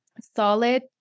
solid